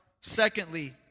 Secondly